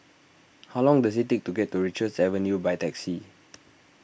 how long does it take to get to Richards Avenue by taxi